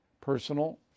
personal